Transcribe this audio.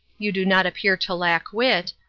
you do not appear to lack wit,